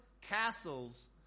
castles